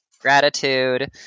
gratitude